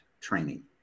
training